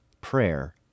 Prayer